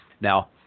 Now